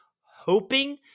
hoping